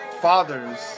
fathers